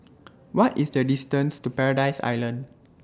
What IS The distance to Paradise Island